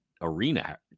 arena